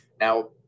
Now